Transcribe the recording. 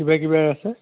কিবাৰে কিবাৰে আছে